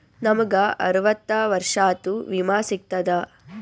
ನಮ್ ಗ ಅರವತ್ತ ವರ್ಷಾತು ವಿಮಾ ಸಿಗ್ತದಾ?